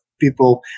people